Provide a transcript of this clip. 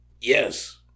Yes